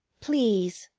please,